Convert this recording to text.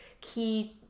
key